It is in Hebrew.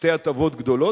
שתי הטבות גדולות,